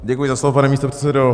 Děkuji za slovo, pane místopředsedo.